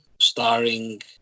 starring